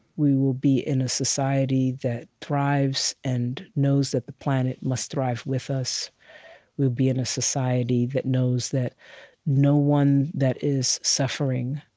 we will be in a society that thrives and knows that the planet must thrive with us. we will be in a society that knows that no one that is suffering